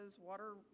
water